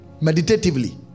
Meditatively